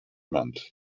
month